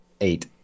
Eight